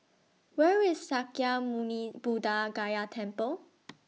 Where IS Sakya Muni Buddha Gaya Temple